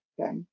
Okay